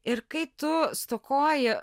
ir kai tu stokoji